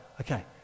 Okay